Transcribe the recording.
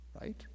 Right